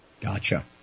Gotcha